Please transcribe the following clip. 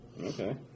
Okay